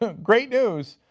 ah great news,